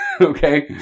Okay